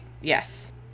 yes